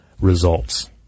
results